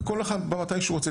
וכל אחד בא מתי שהוא רוצה,